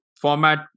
format